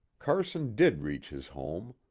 carson did reach his home.